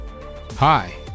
Hi